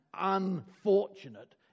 unfortunate